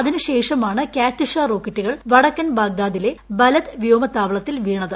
അതിനുശേഷമാണ് കാത്യുഷ റോക്കറ്റുകൾ വടക്കൻ ബാഗ്ദാദിലെ ബലദ് വ്യോമ താവളത്തിൽ വീണത്